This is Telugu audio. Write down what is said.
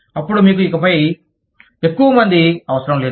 అప్పుడు మీకు ఇకపై ఎక్కువ మంది అవసరం లేదు